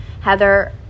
heather